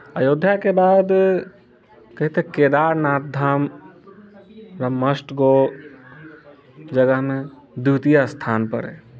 अयोध्याके बाद कही तऽ केदारनाथ धाम हमरा मस्ट गो जगहमे द्वितीय स्थानपर अइ